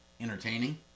entertaining